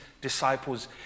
disciples